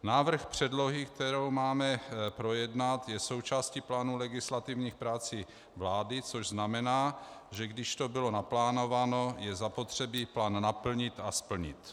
Návrh předlohy, kterou máme projednat, je součástí plánu legislativních prací vlády, což znamená, že když to bylo naplánováno, je zapotřebí plán naplnit a splnit.